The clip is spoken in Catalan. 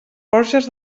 borges